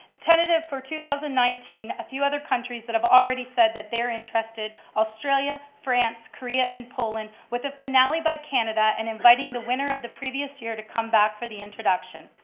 tentative for two thousand and nineteen, a few other countries that have already said that they are interested australia, france, korea and poland, with the finale by canada and inviting the winner of the previous year to come back for the introduction.